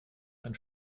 ein